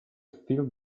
field